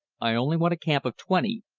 i only want a camp of twenty.